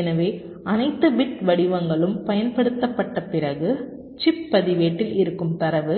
எனவே அனைத்து பிட் வடிவங்களும் பயன்படுத்தப்பட்ட பிறகு சிப் பதிவேட்டில் இருக்கும் தரவு